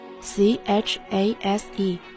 C-H-A-S-E